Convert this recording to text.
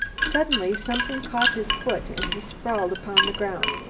suddenly something caught his foot and he sprawled upon the ground.